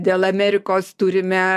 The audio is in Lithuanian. dėl amerikos turime